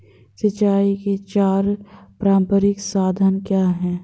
सिंचाई के चार पारंपरिक साधन क्या हैं?